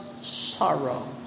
sorrow